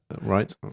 Right